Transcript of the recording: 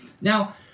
now